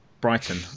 Brighton